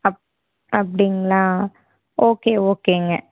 அப் அப்படிங்களா ஓகே ஓகேங்க